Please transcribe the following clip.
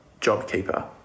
JobKeeper